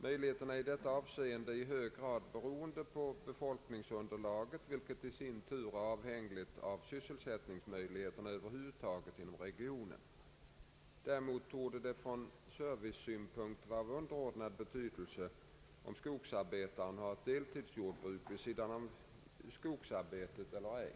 Möjligheterna i detta avseende är i hög grad beroende på befolkningsunderlaget, vilket i sin tur är avhängigt av sysselsättningsmöjligheterna över huvud taget i regionen. Däremot torde det från servicesynpunkt vara av underordnad betydelse om skogsarbetaren har ett deltidsjordbruk vid sidan om skogsbruket eller ej.